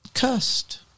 cursed